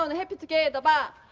and happy together but